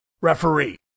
referee